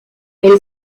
elle